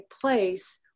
place